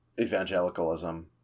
evangelicalism